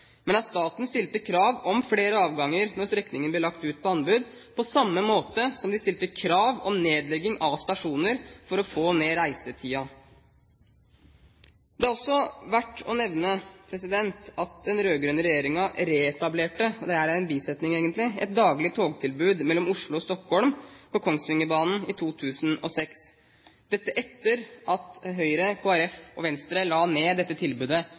men at staten stilte krav om flere avganger da strekningen ble lagt ut på anbud, på samme måte som de stilte krav om nedlegging av stasjoner for å få ned reisetiden. Det er også verdt å nevne at den rød-grønne regjeringen reetablerte – dette er en bisetning, egentlig – et daglig togtilbud mellom Oslo og Stockholm på Kongsvingerbanen i 2006, etter at Høyre, Kristelig Folkeparti og Venstre la ned dette tilbudet